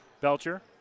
Belcher